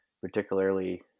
particularly